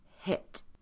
hit